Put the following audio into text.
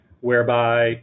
whereby